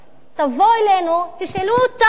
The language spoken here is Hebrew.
תבואו אלינו, תשאלו אותנו.